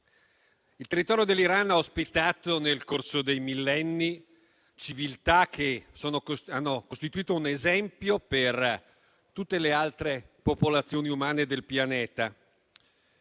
il territorio dell'Iran, nel corso dei millenni, ha ospitato civiltà che hanno costituito un esempio per tutte le altre popolazioni umane del pianeta